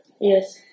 Yes